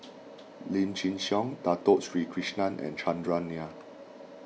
Lim Chin Siong Dato Sri Krishna and Chandran Nair